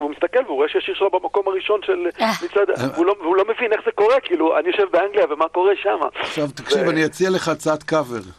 והוא מסתכל, והוא רואה שהשיר שלו במקום הראשון של מצעד... והוא לא מבין איך זה קורה, כאילו, אני יושב באנגליה, ומה קורה שמה. עכשיו תקשיב, אני אציע לך הצעת קאבר.